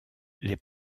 les